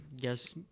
guess